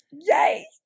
Yay